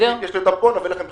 יש לי אותם פה, נעביר לכם בכתב.